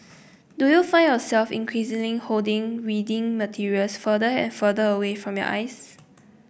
do you find yourself increasingly holding reading materials further and further away from your eyes